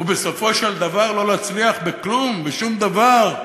ובסופו של דבר לא להצליח בכלום, בשום דבר,